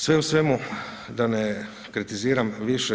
Sve u svemu da ne kritiziram više.